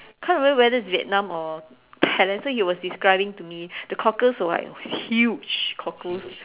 can't remember whether it was Vietnam or Thailand so he was describing to me the cockles were like huge cockles